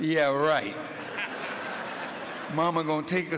yeah right mama going take